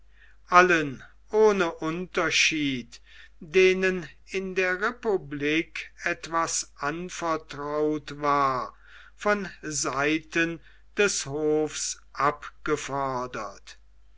allen ohne unterschied denen in der republik etwas anvertraut war von seiten des hofs abgefordert